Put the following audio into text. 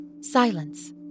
Silence